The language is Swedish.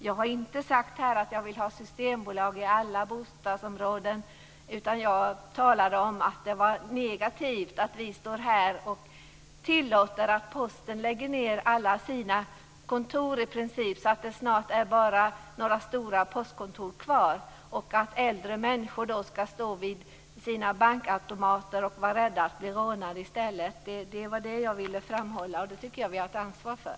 Jag har inte sagt att jag vill ha systembolag i alla bostadsområden, utan jag talade om att det var negativt att vi står här och tillåter att posten lägger ned i princip alla sina kontor, så att det snart bara är några stora postkontor kvar. Då får äldre människor i stället stå vid sina bankautomater och vara rädda för att bli rånade. Det var det som jag ville framhålla. Det här tycker jag att vi har ett ansvar för.